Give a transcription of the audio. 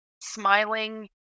smiling